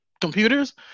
computers